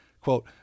Quote